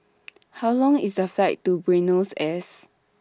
How Long IS The Flight to Buenos Aires